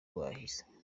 bahize